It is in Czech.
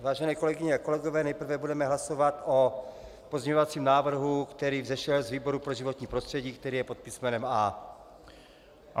Vážené kolegyně a kolegové, nejprve budeme hlasovat o pozměňovacím návrhu, který vzešel z výboru pro životní prostředí, který je pod písmenem A.